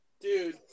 dude